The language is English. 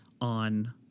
on